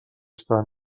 estan